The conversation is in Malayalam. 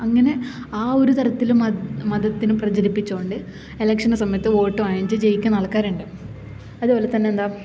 അങ്ങനെ ആ ഒരു തരത്തിൽ മതത്തിനെ പ്രചരിപ്പിച്ചുകൊണ്ട് ഇലക്ഷന്റെ സമയത്ത് വോട്ടു വാങ്ങിച്ച് ജയിക്കുന്ന ആള്ക്കാർ ഉണ്ട് അതുപോലെ തന്നെ എന്താ